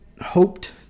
hoped